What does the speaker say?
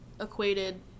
equated